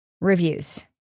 reviews